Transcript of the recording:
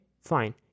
fine